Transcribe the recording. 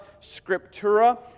scriptura